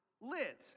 lit